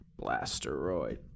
Blasteroid